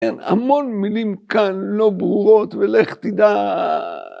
‫אין המון מילים כאן לא ברורות, ‫ולך תדע.